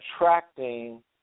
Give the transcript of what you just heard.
attracting